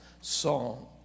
song